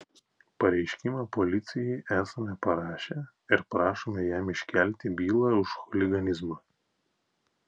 pareiškimą policijai esame parašę ir prašome jam iškelti bylą už chuliganizmą